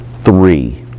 three